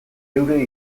geure